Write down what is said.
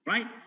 Right